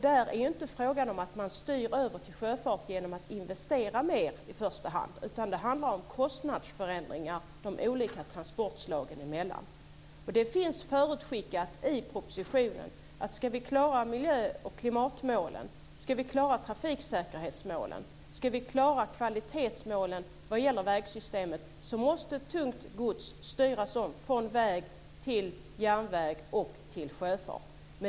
Det är inte fråga om att styra över till sjöfart genom att i första hand investera mer, utan det handlar om kostnadsförändringar de olika transportslagen emellan. Det finns förutskickat i propositionen att om vi ska klara miljö och klimatmålen och om vi ska klara trafiksäkerhetsmålen och kvalitetsmålen vad gäller vägsystemet måste tungt gods styras om från väg till järnväg och sjöfart.